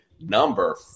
number